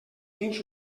dins